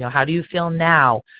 how do you feel now?